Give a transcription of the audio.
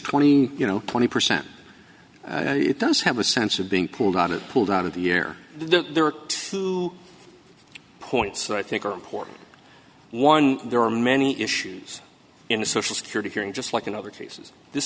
twenty you know twenty percent and it does have a sense of being pulled out it pulled out of the year there are two point so i think are important one there are many issues in the social security hearing just like in other